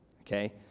okay